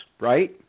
right